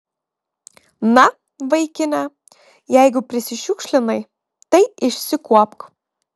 na vaikine jeigu prisišiukšlinai tai išsikuopk